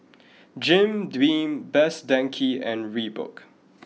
Jim Beam Best Denki and Reebok